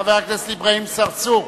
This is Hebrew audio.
חבר הכנסת אברהים צרצור.